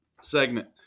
segment